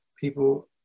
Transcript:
People